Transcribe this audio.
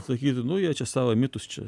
sakytų nu jie čia savo mitus čia